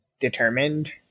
determined